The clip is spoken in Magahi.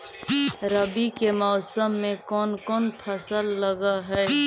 रवि के मौसम में कोन कोन फसल लग है?